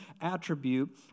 attribute